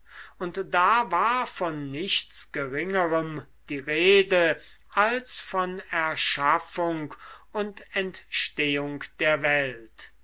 und da war von nichts geringerem die rede als von erschaffung und entstehung der welt